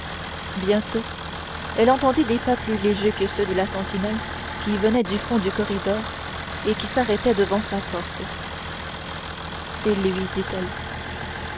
bientôt elle entendit des pas plus légers que ceux de la sentinelle qui venaient du fond du corridor et qui s'arrêtaient devant sa porte c'est lui dit-elle